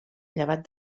llevat